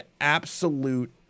absolute